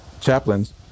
chaplains